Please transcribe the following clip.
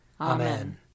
Amen